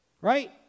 Right